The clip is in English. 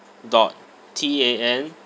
dot T A N